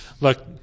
look